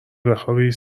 بخوابی